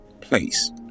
place